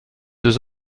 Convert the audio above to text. deux